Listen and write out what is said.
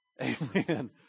Amen